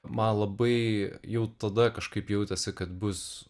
man labai jau tada kažkaip jautėsi kad bus